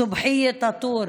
סובחייה טאטור,